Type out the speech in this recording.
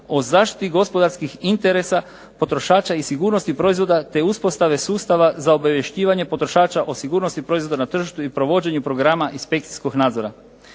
za obavješćivanje potrošača o sigurnosti proizvoda te uspostave sustava za obavješćivanje potrošača o sigurnosti proizvoda na tržištu i provođenju programa inspekcijskog nadzora.